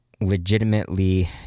legitimately